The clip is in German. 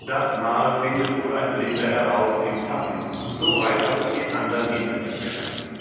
das mal findet wohl ein blinder heraus im tappen so weit hat es die andern hinter sich gelassen